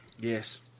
Yes